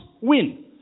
win